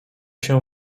się